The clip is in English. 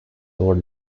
over